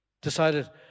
Decided